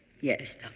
Yes